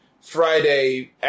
Friday